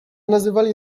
nazywali